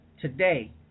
today